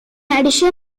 addition